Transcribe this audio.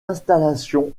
installations